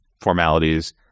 formalities